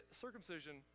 circumcision